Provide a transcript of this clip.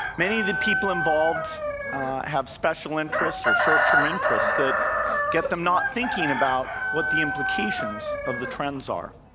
many of the people involved have special interests or short-term interests that get them not thinking about what the implications of the trends are.